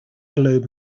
globe